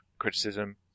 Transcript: criticism